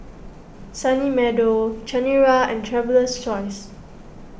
Sunny Meadow Chanira and Traveler's Choice